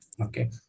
okay